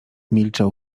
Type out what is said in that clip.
milczał